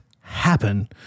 happen